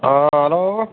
ಹಾಂ ಹಲೋ